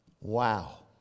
Wow